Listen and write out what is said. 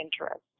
interest